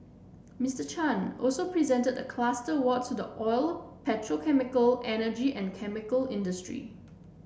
Mister Chan also presented a cluster awards to the oil petrochemical energy and chemical industry